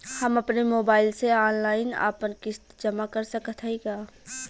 हम अपने मोबाइल से ऑनलाइन आपन किस्त जमा कर सकत हई का?